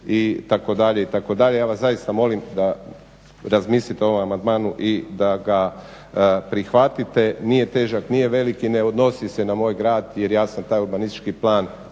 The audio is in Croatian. u Bakru itd., itd. Ja vas zaista molim da razmislite o ovom amandmanu i da ga prihvatite. Nije težak, nije velik i ne odnosi se na moj grad jer ja sam taj urbanistički plan,